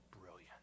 brilliant